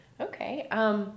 Okay